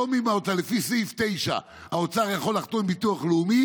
לפי סעיף 9 האוצר יכול לחתום עם ביטוח לאומי